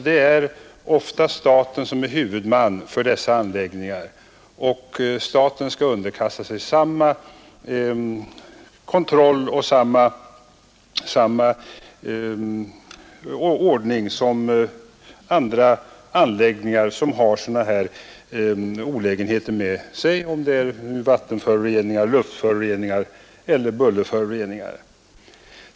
Det är ofta staten som är huvudman för dessa anläggningar, och staten skall underkasta sig samma kontroll och samma ordning som gäller i fråga om andra anläggningar som har sådana här olägenheter med sig — vattenföroreningar, luftföroreningar eller bullerstörningar.